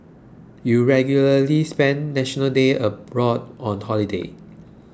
you regularly spend National Day abroad on holiday